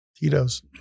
Tito's